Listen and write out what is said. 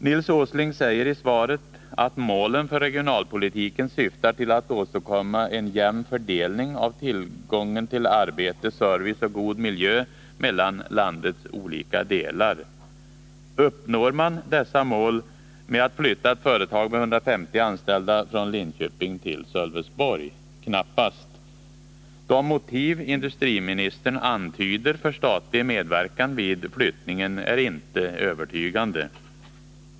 Nils Åsling säger i svaret att målen för regionalpolitiken ”syftar till att åstadkomma en jämn fördelning av tillgången till arbete, service och god miljö mellan landets olika delar”. Uppnår man dessa mål med att flytta ett företag med 150 anställda från Linköping till Sölvesborg? Knappast. De motiv industriministern antyder för statlig medverkan vid flyttningen är inte övertygande.